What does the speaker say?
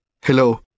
Hello